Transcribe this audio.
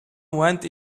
went